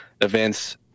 events